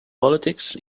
politics